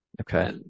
Okay